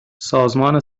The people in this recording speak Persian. سازمان